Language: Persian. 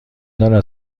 دارد